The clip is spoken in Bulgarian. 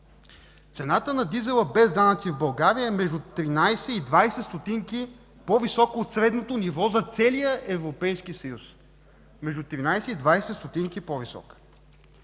цената на дизела, без данъци, в България е между 13 и 20 стотинки по-висока от средното ниво за целия Европейски съюз. Между 13 и 20 стотинки по-висока!